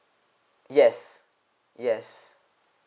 yes yes